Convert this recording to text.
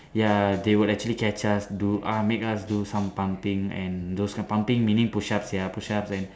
ya they would actually catch us do ah make us do some pumping and those kind pumping meaning push ups ya push ups and